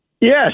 Yes